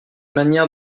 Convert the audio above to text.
manière